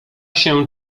się